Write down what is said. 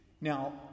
Now